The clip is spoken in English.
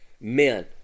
men